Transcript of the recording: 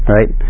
Right